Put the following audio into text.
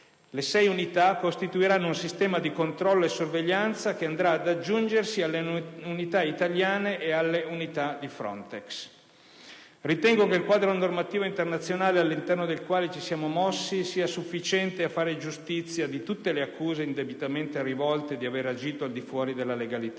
Le sei unità costituiranno un sistema di controllo e sorveglianza che andrà ad aggiungersi alle unità italiane e a quelle di FRONTEX. Ritengo che il quadro normativo internazionale all'interno del quale ci siamo mossi sia sufficiente a fare giustizia di tutte le accuse indebitamente rivolte di aver agito al di fuori della legalità